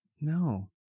No